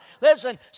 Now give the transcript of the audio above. Listen